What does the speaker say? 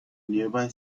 nearby